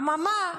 אממה?